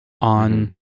on